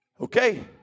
Okay